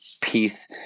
Peace